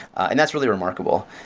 and that's really remarkable.